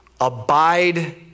Abide